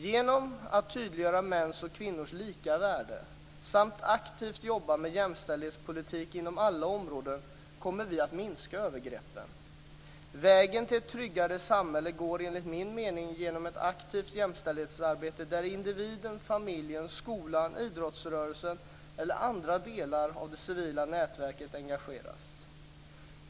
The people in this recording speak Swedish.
Genom att tydliggöra mäns och kvinnors lika värde samt aktivt jobba med jämställdhetspolitik inom alla områden kommer vi att minska övergreppen. Vägen till ett tryggare samhälle går enligt min mening genom ett aktivt jämställdhetsarbete där individen, familjen, skolan, idrottsrörelsen eller andra delar av det civila nätverket engageras.